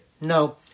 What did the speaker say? No